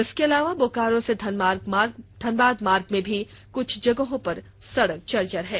इसके अलावा बोकारो से धनबाद मार्ग में भी कुछ जगह सड़क जर्जर है